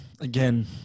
again